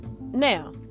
Now